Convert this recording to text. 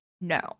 No